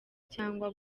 cyangwa